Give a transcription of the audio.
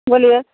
बोलिये